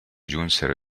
giunsero